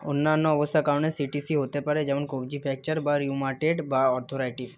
অন্যান্য অবস্থার কারণে সিটিসি হতে পারে যেমন কব্জি ফ্র্যাকচার বা রিউমাটেড বা আর্থরাইটিস